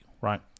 right